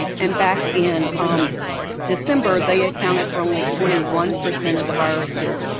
and back in um december they accounted for only twenty one percent of the viruses.